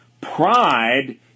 pride